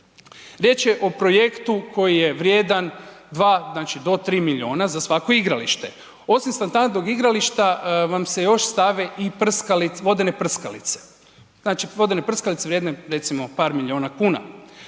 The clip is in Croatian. Riječ je o projektu koji je vrijedan 2 znači do 3 milijuna za svako igralište. Osim standardnog igrališta vam se još stave i vodene prskalice. Znači vodene prskalice vrijedne recimo par milijuna kuna.